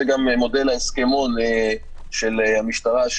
זה גם מודל ההסכמון של המשטרה,